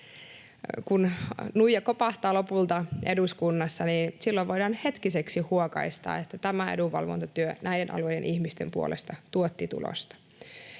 kun nuija kopahtaa lopulta eduskunnassa, niin silloin voidaan hetkiseksi huokaista, että tämä edunvalvontatyö näiden alu-eiden ihmisten puolesta tuotti tulosta.